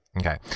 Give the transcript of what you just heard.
Okay